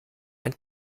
ein